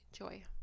enjoy